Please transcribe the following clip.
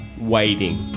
waiting